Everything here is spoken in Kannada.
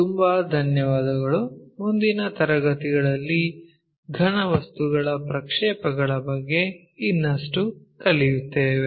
ತುಂಬಾ ಧನ್ಯವಾದಗಳು ಮತ್ತು ಮುಂದಿನ ತರಗತಿಯಲ್ಲಿ ಘನವಸ್ತುಗಳ ಪ್ರಕ್ಷೇಪಗಳು ಬಗ್ಗೆ ಇನ್ನಷ್ಟು ಕಲಿಯುತ್ತೇವೆ